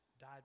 died